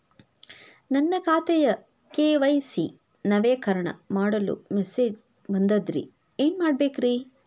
ನನ್ನ ಖಾತೆಯ ಕೆ.ವೈ.ಸಿ ನವೇಕರಣ ಮಾಡಲು ಮೆಸೇಜ್ ಬಂದದ್ರಿ ಏನ್ ಮಾಡ್ಬೇಕ್ರಿ?